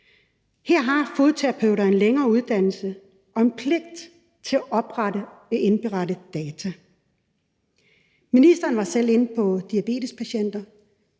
her har fodterapeuter en længere uddannelse og en pligt til at indberette data. Ministeren var selv inde på diabetespatienter,